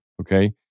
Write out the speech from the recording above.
okay